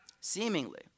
Seemingly